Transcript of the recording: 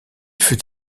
fut